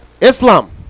Islam